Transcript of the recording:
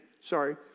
Sorry